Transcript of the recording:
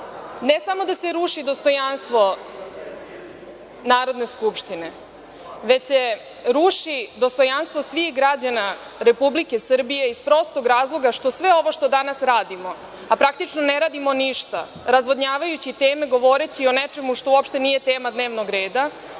ne samo da se ruši dostojanstvo Narodne skupštine, već se ruši dostojanstvo svih građana Republike Srbije iz prostog razloga što sve ovo što danas radimo, a praktično ne radimo ništa, razvodnjavajući teme, govoreći o nečemu što uopšte nije tema dnevnog reda,